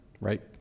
right